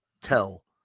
tell